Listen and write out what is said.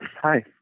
Hi